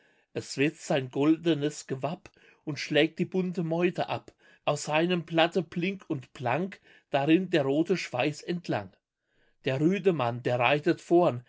es wetzt sein goldenes gewapp und schlägt die bunte meute ab aus seinem blatte blink und blank da rinnt der rote schweiß entlang der rüdemann der reitet vorn